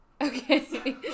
Okay